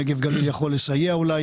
משרד הנגב והגליל יכול לסייע אולי